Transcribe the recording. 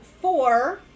four